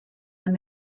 man